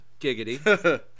giggity